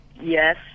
Yes